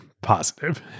positive